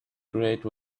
grate